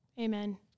Amen